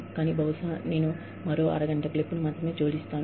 కానీ బహుశా నేను నెట్వర్కింగ్ కోసం మరో అరగంట క్లిప్ను మాత్రమే జోడిస్తాను